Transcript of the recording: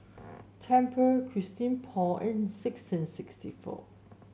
Tempur Christian Paul and sixteen sixty four